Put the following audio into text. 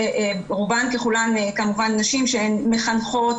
שרובן ככולן מחנכות,